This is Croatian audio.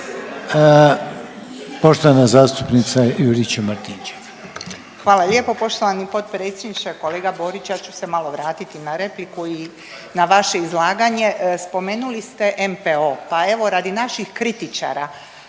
Poštovana zastupnica Juričev Martinčev.